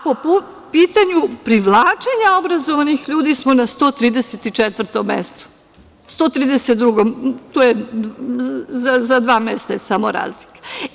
Po pitanju privlačenja obrazovanih ljudi smo na 134. mestu, odnosno 132, za dva mesta je samo razlika.